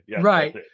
right